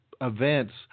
events